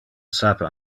sape